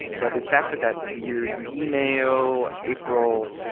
but it's after that weird email in april.